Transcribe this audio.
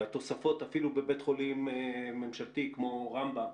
והתוספות אפילו בבית חולים ממשלתי כמו רמב"ם